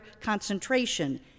concentration